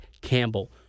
Campbell